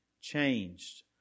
changed